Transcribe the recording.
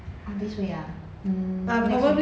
on this week ah hmm next week